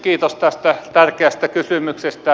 kiitos tästä tärkeästä kysymyksestä